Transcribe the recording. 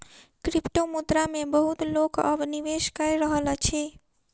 क्रिप्टोमुद्रा मे बहुत लोक अब निवेश कय रहल अछि